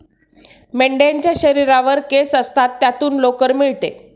मेंढ्यांच्या शरीरावर केस असतात ज्यातून लोकर मिळते